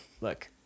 Look